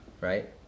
right